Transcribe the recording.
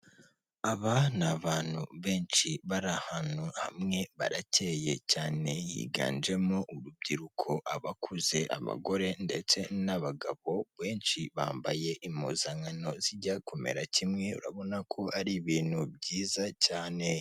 Aba ni abantu benshi bari ahantu hamwe baracyeye cyane higanjemo urubyiruko, abakuze abagore ndetse n'abagabo, benshi bambaye impuzankano zijya kumera kimwe, urabona ko ari ibintu byiza cyane.